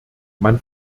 man